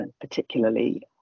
particularly